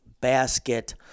basket